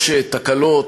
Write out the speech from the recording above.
יש תקלות,